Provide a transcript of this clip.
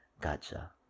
Gotcha